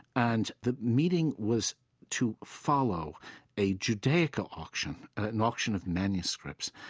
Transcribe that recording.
and the meeting was to follow a judaica auction, an auction of manuscripts.